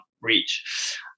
reach